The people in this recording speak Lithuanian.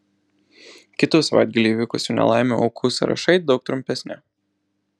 kitų savaitgalį įvykusių nelaimių aukų sąrašai daug trumpesni